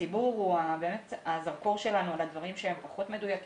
הציבור הוא הזרקור שלנו על הדברים שהם פחות מדויקים,